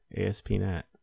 ASP.NET